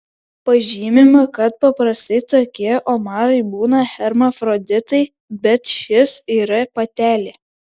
pažymima kad paprastai tokie omarai būna hermafroditai bet šis yra patelė